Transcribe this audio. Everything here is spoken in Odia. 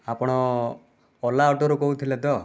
ଆପଣ ଓଲା ଅଟୋରୁ କହୁଥିଲେ ତ